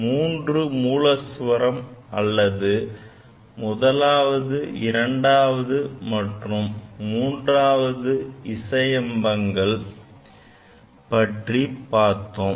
மூன்று மூலஸ்வரம் அல்லது முதலாவது இரண்டாவது மற்றும் மூன்றாவது இசையம்கள் பற்றி பார்த்தோம்